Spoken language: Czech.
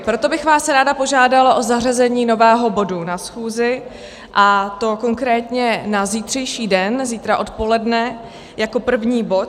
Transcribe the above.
Proto bych vás ráda požádala o zařazení nového bodu na schůzi, a to konkrétně na zítřejší den, zítra odpoledne jako první bod.